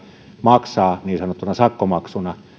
maksaa niin sanottuna sakkomaksuna